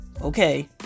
okay